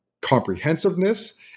comprehensiveness